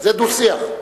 זה דו-שיח.